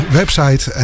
website